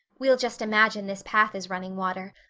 we'll just imagine this path is running water.